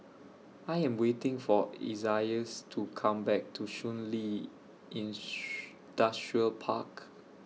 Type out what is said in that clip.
I Am waiting For Isaias to Come Back to Shun Li Park